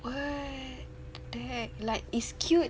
what the heck like it's cute